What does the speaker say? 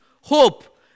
hope